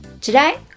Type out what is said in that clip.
Today